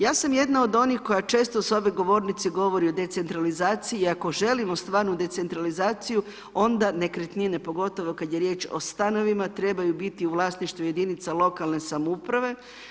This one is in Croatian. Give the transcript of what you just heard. Ja sam jedna od onih koja često s ove govornice govori o decentralizaciji i ako želimo stvarnu decentralizaciju onda nekretnine pogotovo kada je riječ o stanovima, trebaju biti u vlasništvu jedinica lokalne samouprave.